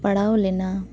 ᱯᱟᱲᱟᱣ ᱞᱮᱱᱟ